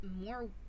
more